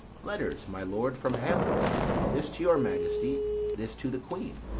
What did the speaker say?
letters, my lord, from hamlet this to your majesty this to the queen.